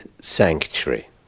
sanctuary